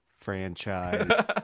Franchise